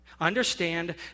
Understand